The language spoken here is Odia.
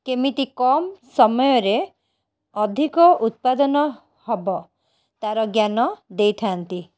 କେମିତି କମ୍ ସମୟରେ ଅଧିକ ଉତ୍ପାଦନ ହବ ତାର ଜ୍ଞାନ ଦେଇଥାନ୍ତି